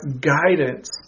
guidance